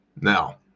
now